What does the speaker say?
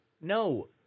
No